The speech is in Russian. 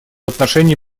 отношении